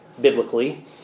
biblically